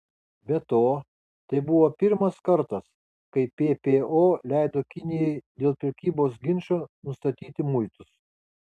be to tai buvo pirmas kartas kai ppo leido kinijai dėl prekybos ginčo nustatyti muitus